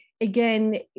again